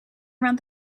around